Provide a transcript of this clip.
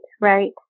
right